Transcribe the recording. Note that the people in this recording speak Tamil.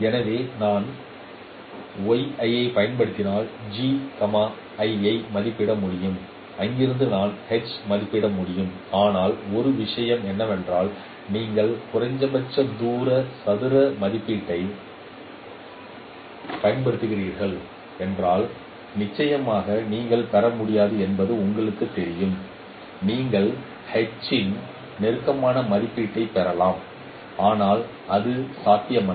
எனவே நான் பயன்படுத்தினால் G I ஐ மதிப்பிட முடியும் அங்கிருந்து நான் H மதிப்பிட முடியும் ஆனால் ஒரு விஷயம் என்னவென்றால் நீங்கள் குறைந்தபட்சம் சதுர மதிப்பீட்டைப் பயன்படுத்துகிறீர்கள் என்றால் நிச்சயமாக நீங்கள் பெற முடியாது என்பது உங்களுக்குத் தெரியும் நீங்கள் H இன் நெருக்கமான மதிப்பீட்டைப் பெறலாம் ஆனால் அது சமமானதல்ல